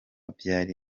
byari